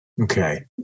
Okay